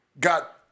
Got